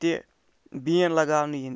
تہِ بین لگاونہٕ یِنۍ